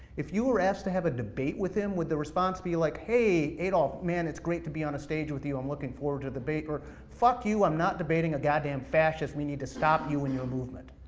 if you were asked to have a debate with him, would the response be like, hey, adolf, man it's great to be on a stage with you, i'm looking forward to the debate, or fuck you, i'm not debating a god damn fascist, we need to stop you and your movement.